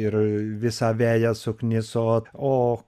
ir visą veją sukniso o